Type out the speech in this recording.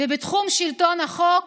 בתחום שלטון החוק,